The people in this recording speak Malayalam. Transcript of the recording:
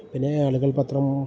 പിന്നെ ആളുകൾ പത്രം